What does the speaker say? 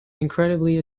incredibly